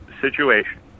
situation